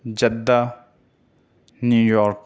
Jeddah New York